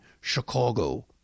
Chicago